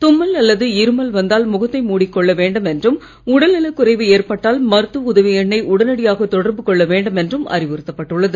தும்மல் அல்லது இருமல் வந்தால் முகத்தை மூடி கொள்ள வேண்டும் என்றும் உடல்நலக் குறைவு ஏற்பட்டால் மருத்துவ உதவி எண்ணை உடனடியாக தொடர்பு கொள்ள வேண்டும் என்றும் அறிவுறுத்தப் பட்டுள்ளது